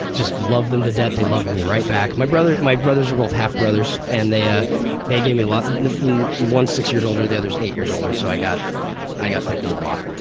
just loved them to death, they loved me right back. my brothers my brothers are both half brothers and they ah they gave me a lot one's six years older the other is eight years older so i got i got picked on a lot.